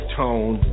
tone